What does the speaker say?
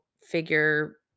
figure